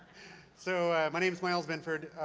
so, my name is myles binford,